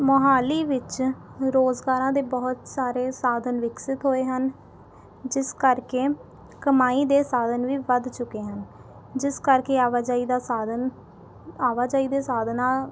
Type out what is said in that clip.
ਮੋਹਾਲੀ ਵਿੱਚ ਰੁਜ਼ਗਾਰਾਂ ਦੇ ਬਹੁਤ ਸਾਰੇ ਸਾਧਨ ਵਿਕਸਿਤ ਹੋਏ ਹਨ ਜਿਸ ਕਰਕੇ ਕਮਾਈ ਦੇ ਸਾਧਨ ਵੀ ਵੱਧ ਚੁੱਕੇ ਹਨ ਜਿਸ ਕਰਕੇ ਆਵਾਜਾਈ ਦਾ ਸਾਧਨ ਆਵਾਜਾਈ ਦੇ ਸਾਧਨਾਂ